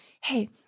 hey